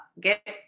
get